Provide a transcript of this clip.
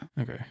Okay